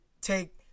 take